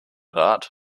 rat